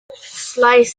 slice